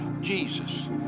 Jesus